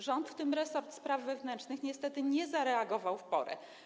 Rząd, w tym resort spraw wewnętrznych, niestety nie zareagował w porę.